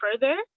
further